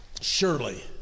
Surely